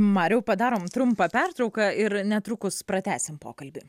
mariau padarom trumpą pertrauką ir netrukus pratęsim pokalbį